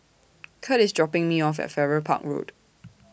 Curt IS dropping Me off At Farrer Park Road